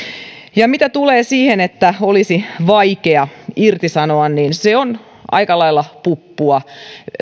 mitä tulee siihen että olisi vaikea irtisanoa se on aika lailla puppua